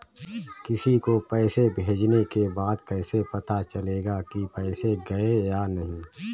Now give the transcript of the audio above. किसी को पैसे भेजने के बाद कैसे पता चलेगा कि पैसे गए या नहीं?